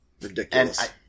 Ridiculous